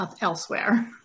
elsewhere